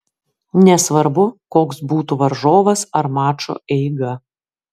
nesvarbu koks būtų varžovas ar mačo eiga